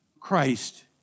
Christ